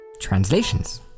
Translations